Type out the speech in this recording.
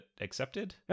accepted